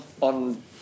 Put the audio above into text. on